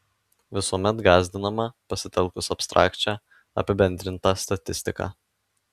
visuomet gąsdinama pasitelkus abstrakčią apibendrintą statistiką